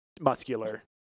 Muscular